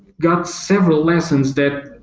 got several lessons that,